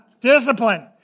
Discipline